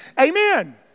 Amen